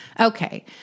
Okay